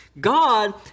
God